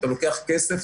אתה לוקח כסף,